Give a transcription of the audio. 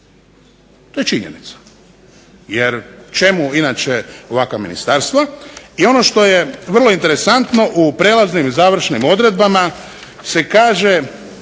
To je činjenica. Jer čemu inače ovakva ministarstva? I ono što je vrlo interesantno u prelaznim i završnim odredbama se kaže